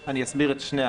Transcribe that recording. אני חושב שיש מצוקה.